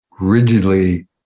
rigidly